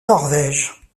norvège